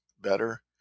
better